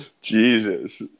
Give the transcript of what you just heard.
Jesus